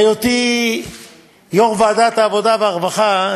בהיותי יושב-ראש ועדת העבודה והרווחה,